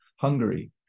Hungary